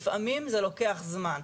לפעמים זה לוקח זמן.